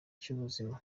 cy’ubuzima